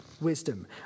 wisdom